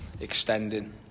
extending